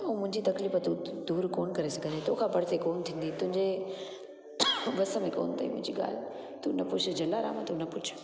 ऐं मुंहिंजी तकलीफ़ तूं दूरि कोन करे सघंदे तो खां परिते कोन थींदी तुंहिंजे वसु में कोन थई मुंहिंजी ॻाल्हि तूं न पुछ जलाराम तूं न पुछ